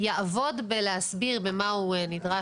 יעבוד בלהסביר במה הוא נדרש להצטרף